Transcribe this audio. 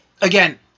again